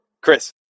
Chris